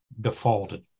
defaulted